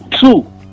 Two